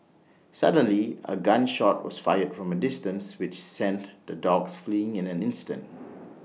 suddenly A gun shot was fired from A distance which sent the dogs fleeing in an instant